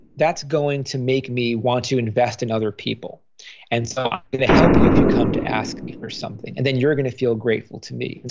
that's going to make me want to invest in other people and so to help you if you come to ask me for something. and then you're going to feel grateful to me. and